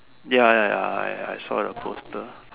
ya ya ya I I saw the poster